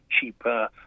cheaper